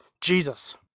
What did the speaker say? Jesus